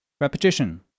Repetition